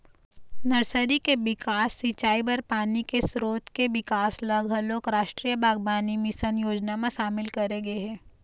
nursery के बिकास, सिंचई बर पानी के सरोत के बिकास ल घलोक रास्टीय बागबानी मिसन योजना म सामिल करे गे हे